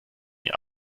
mir